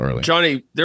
Johnny